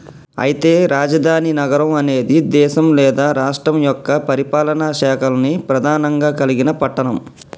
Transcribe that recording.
అయితే రాజధాని నగరం అనేది దేశం లేదా రాష్ట్రం యొక్క పరిపాలనా శాఖల్ని ప్రధానంగా కలిగిన పట్టణం